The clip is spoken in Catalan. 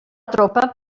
tropa